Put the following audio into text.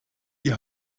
die